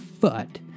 foot